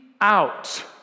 out